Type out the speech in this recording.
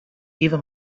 either